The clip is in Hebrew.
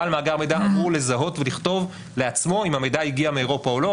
בעל מאגר מידע אמור לזהות ולכתוב לעצמו אם המידע הגיע מאירופה או לא,